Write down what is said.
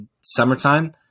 summertime